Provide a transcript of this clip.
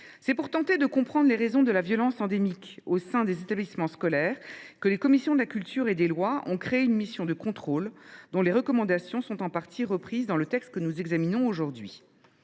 C’est pour tenter de comprendre les raisons de la violence endémique au sein des établissements scolaires que les commissions de la culture et des lois ont créé une mission conjointe de contrôle, dont les recommandations sont en partie reprises dans le texte que nous examinons aujourd’hui.